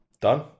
done